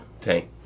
Tank